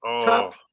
top